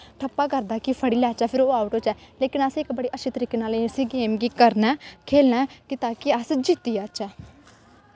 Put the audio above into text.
थप्पा करदा कि फड़ी लैचै फ्ही ओह् आउट होऐ लेकिन असें अच्छे तरीके नाल इस्सी गेम गी करना ऐ खेढना ऐ कि ताकि अस जित्ती जाह्चै